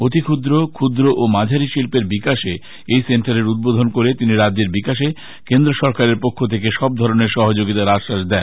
অতিষ্কৃদ্র ফুদ্র ও মাঝারি শিল্পের বিকাশে এই সেন্টারের উদ্বোধন করে তিনি রাজ্যের বিকাশে কেন্দ্র সরকারের পক্ষ থেকে সব ধরনের সহযোগিতার আশ্বাস দেন